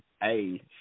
Hey